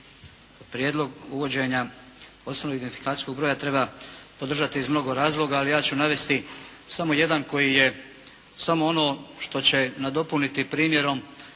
prijedlog uvođenja osobnog identifikacijskog broja treba podržati iz mnogo razloga, ali ja ću navesti samo jedan koji je samo ono što će nadopuniti primjerom